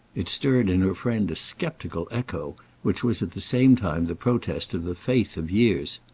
it stirred in her friend a sceptical echo which was at the same time the protest of the faith of years.